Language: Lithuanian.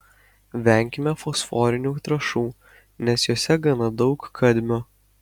venkime fosforinių trąšų nes jose gana daug kadmio